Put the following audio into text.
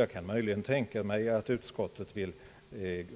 Jag kan möjligen tänka mig att utskottet vill